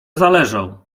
zależą